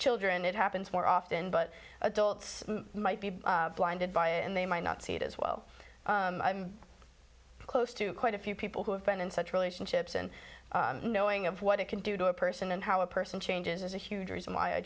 children it happens more often but adults might be blinded by it and they might not see it as well close to quite a few people who have been in such relationships and knowing of what it can do to a person and how a person changes is a huge